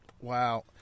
Wow